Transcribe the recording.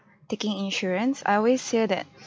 taking insurance I always hear that